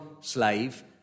slave